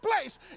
place